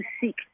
seek